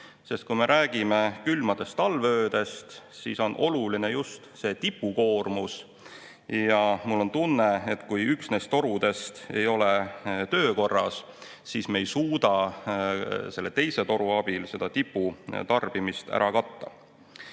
sest kui me räägime külmadest talveöödest, siis on oluline just see tipukoormus. Ja mul on tunne, et kui üks neist torudest ei ole töökorras, siis me ei suuda selle teise toru abil seda tiputarbimist ära katta.